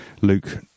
Luke